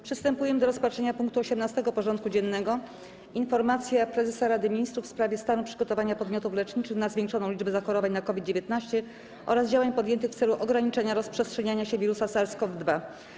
Przystępujemy do rozpatrzenia punktu 18. porządku dziennego: Informacja Prezesa Rady Ministrów w sprawie stanu przygotowania podmiotów leczniczych na zwiększoną liczbę zachorowań na COVID-19 oraz działań podjętych w celu ograniczenia rozprzestrzeniania się wirusa SARS-CoV-2 - głosowanie.